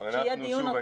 שיהיה דיון על חלופות?